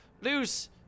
lose